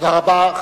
תודה רבה.